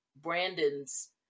Brandon's